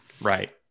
Right